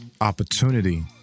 opportunity